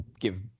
give